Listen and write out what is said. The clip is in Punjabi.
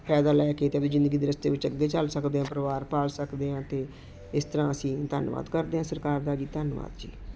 ਫ਼ਾਇਦਾ ਲੈ ਕੇ ਅਤੇ ਵੀ ਜ਼ਿੰਦਗੀ ਦੇ ਰਸਤੇ ਵਿੱਚ ਅੱਗੇ ਚੱਲ ਸਕਦੇ ਹਾਂ ਪਰਿਵਾਰ ਪਾਲ ਸਕਦੇ ਹਾਂ ਅਤੇ ਇਸ ਤਰ੍ਹਾਂ ਅਸੀਂ ਧੰਨਵਾਦ ਕਰਦੇ ਹਾਂ ਸਰਕਾਰ ਦਾ ਜੀ ਧੰਨਵਾਦ ਜੀ